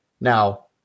Now